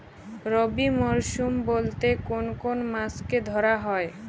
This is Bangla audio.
রবি মরশুম বলতে কোন কোন মাসকে ধরা হয়?